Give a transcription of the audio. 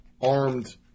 armed